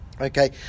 Okay